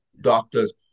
doctors